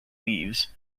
leafs